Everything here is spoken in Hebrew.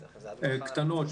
קטנות,